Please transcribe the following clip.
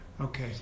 Okay